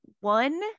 one